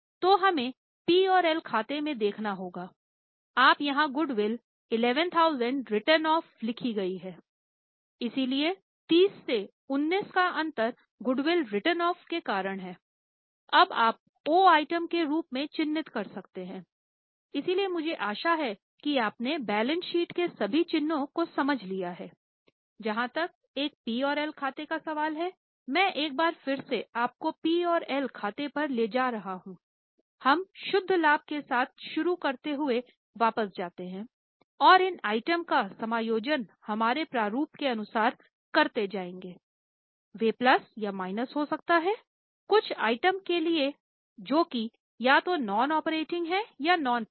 तो हमें पी और एल खाते में देखना होगा आप यहां गुडविल 11000 रिटेन ऑफ